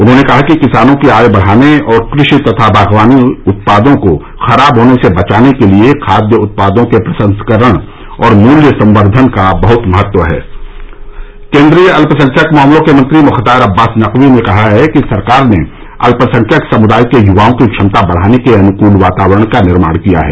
उन्होंने कहा कि किसानों की आय बढ़ाने और कृषि तथा बागवानी उत्पादों को खराब होने से बचाने के लिए खाद्य उत्पादों के प्रसंस्करण और मूल्य संवर्धन का बहत महत्व है केन्द्रीय अल्पसंख्यक मामलों के मंत्री मुख्तार अब्बास नकवी ने कहा है कि सरकार ने अल्पसंख्यक समुदायों के युवाओं की क्षमता बढ़ाने के अनुकूल वातावरण का निर्माण किया है